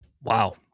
Wow